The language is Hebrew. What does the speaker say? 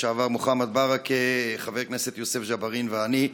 לשעבר מוחמד ברכה וחבר הכנסת יוסף ג'בארין ואני,